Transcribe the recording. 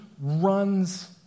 runs